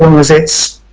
long as it's,